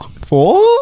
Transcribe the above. Four